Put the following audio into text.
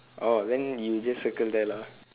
orh then you just circle there lah